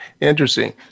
Interesting